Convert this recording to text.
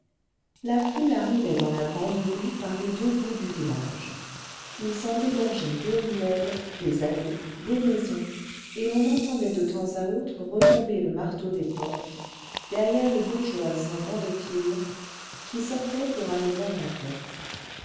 la foule arrivait dans la grande rue par les deux bouts du village il s'en dégorgeait des ruelles des allées des maisons et l'on entendait de temps à autre retomber le marteau des portes derrière les bourgeoises en gants de fil qui sortaient pour aller voir la fête